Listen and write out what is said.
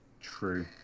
True